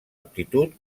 aptitud